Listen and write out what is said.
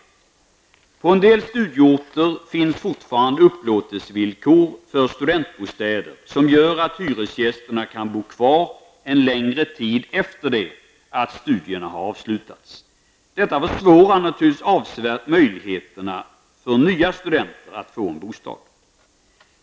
På en del studieorter finns fortfarande upplåtelsevilllkor för studentbostäder som gör att hyresgästerna kan bo kvar en längre tid efter det att studierna har avslutats. Detta försvårar naturligtvis avsevärt möjligheterna för nya studenter att få en bostad.